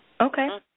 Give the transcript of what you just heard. Okay